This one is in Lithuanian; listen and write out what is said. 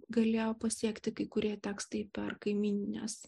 galėjo pasiekti kai kurie tekstai per kaimynines